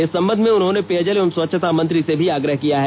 इस संबंध में उन्होंने पेयजल एवं स्वच्छता मंत्री से भी आग्रह किया है